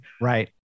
Right